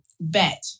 bet